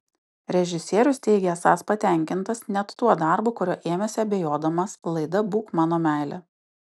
režisierius teigia esąs patenkintas net tuo darbu kurio ėmėsi abejodamas laida būk mano meile